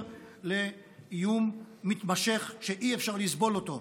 לאיום מתמשך שאי-אפשר לסבול אותו עוד.